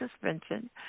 suspension